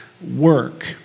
work